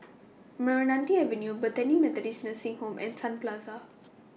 Meranti Avenue Bethany Methodist Nursing Home and Sun Plaza